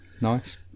nice